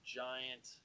giant